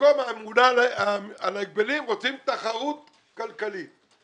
ובמקום הממונה על ההגבלים רוצים תחרות כלכלית.